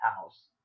house